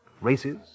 Races